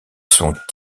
sont